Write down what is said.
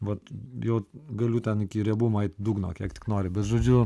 vat jau galiu ten į riebumą eit dugno kiek tik nori bet žodžiu